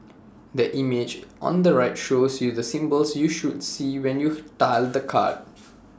the image on the right shows you the symbols you should see when you tilt the card